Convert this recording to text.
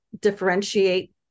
differentiate